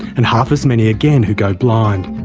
and half as many again who go blind.